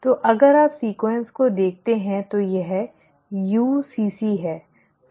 तो अगर आप अनुक्रम को देखते हैं तो यह UCC है